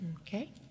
Okay